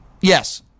Yes